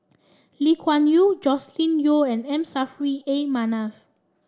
Lee Kuan Yew Joscelin Yeo and M Saffri A Manaf